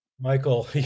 Michael